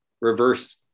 reverse